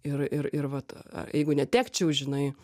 ir ir ir vat jeigu netekčiau žinai